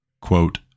Quote